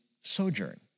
sojourn